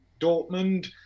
Dortmund